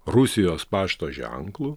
rusijos pašto ženklu